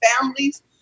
families